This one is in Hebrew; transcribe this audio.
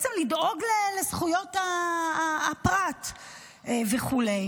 בעצם לדאוג לזכויות הפרט וכו'.